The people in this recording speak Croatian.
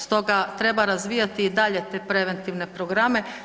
Stoga treba razvijati i dalje te preventivne programe.